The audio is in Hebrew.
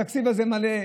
התקציב הזה מלא,